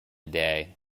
day